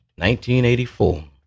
1984